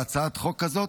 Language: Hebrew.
בהצעת החוק הזאת,